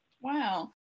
Wow